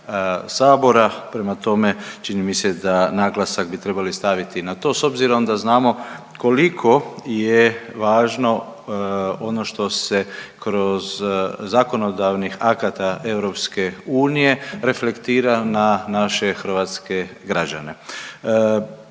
sabora. Prema tome, čini mi se da naglasak bi trebali staviti na to s obzirom da znamo koliko je važno ono što se kroz zakonodavnih akata EU reflektira na naše hrvatske građane.